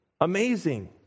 Amazing